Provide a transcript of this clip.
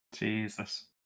Jesus